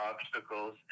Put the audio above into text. obstacles